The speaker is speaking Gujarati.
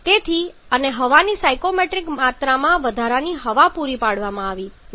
તેથી અને હવાની સ્ટોઇકિયોમેટ્રિક માત્રામાં વધારાની હવા પૂરી પાડવામાં આવી નથી